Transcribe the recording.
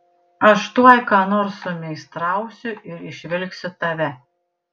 aš tuoj ką nors sumeistrausiu ir išvilksiu tave